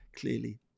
clearly